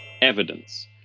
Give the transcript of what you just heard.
evidence